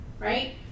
right